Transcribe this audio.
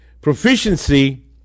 proficiency